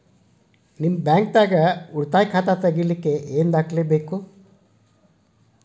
ನಿಮ್ಮ ಬ್ಯಾಂಕ್ ದಾಗ್ ಉಳಿತಾಯ ಖಾತಾ ತೆಗಿಲಿಕ್ಕೆ ಏನ್ ದಾಖಲೆ ಬೇಕು?